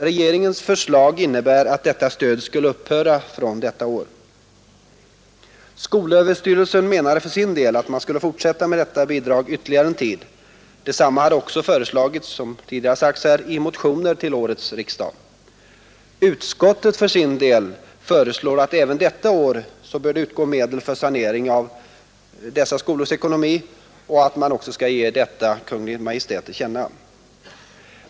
Regeringens förslag innebär att detta bidrag skulle upphöra från detta år. Skolöverstyrelsen menade för sin del att man skulle fortsätta med detta bidrag ytterligare en tid. Detsamma har också föreslagits, som tidigare sagts här, i motioner till årets riksdag. Utskottet för sin del föreslår att det även detta år skall utgå medel för sanering av dessa skolors ekonomi, vilket också skulle ges Kungl. Maj:t till känna.